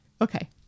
okay